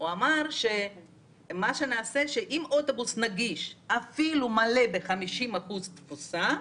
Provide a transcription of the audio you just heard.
אמר שאם אוטובוס נגיש מלא אפילו ב-50% תפוסה,